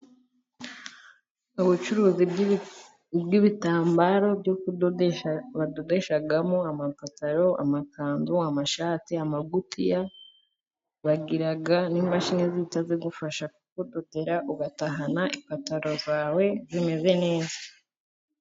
Ubucuruzi bw'ibitambaro byo kudodesha. Badodeshamo amapantaro, amakanzu, amashati, ingutiya. Bagira n'imashini zihita zigufasha bakakudodera ugatahana ipantaro zawe zimeze neza.